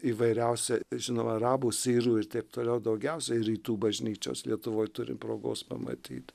įvairiausia žinoma arabų sirų ir taip toliau daugiausiai rytų bažnyčios lietuvoje turim progos pamatyt